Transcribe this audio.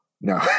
No